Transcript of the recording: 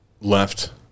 left